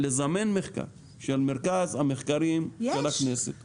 לזמן מחקר של מרכז המחקרים של הכנסת -- יש.